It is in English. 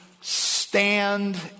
stand